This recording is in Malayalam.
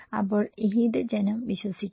അപ്പോൾ ഏത് ജനം വിശ്വസിക്കും